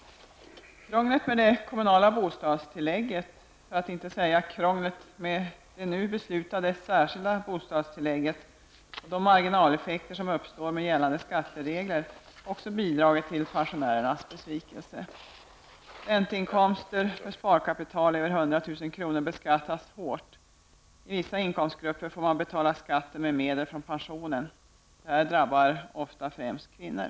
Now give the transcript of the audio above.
Krånglet med det kommunala bostadstillägget, för att inte tala om krånglet med det nu beslutade särskilda bostadstillägget och marginaleffekterna av nu gällande skatteregler, har också bidragit till att pensionärerna är besvikna. Ränteinkomster från sparkapital över 100 000 beskattas hårt. Inom vissa inkomstgrupper får man betala skatten med medel från pensionen. Detta drabbar främst kvinnor.